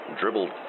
Dribbled